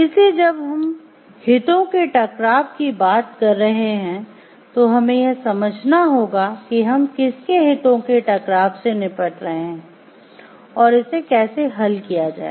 इसलिए जब हम हितों के टकराव की बात कर रहे हैं तो हमें यह समझना होगा कि हम किसके हितों के टकराव से निपट रहे हैं और इसे कैसे हल किया जाए